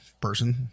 person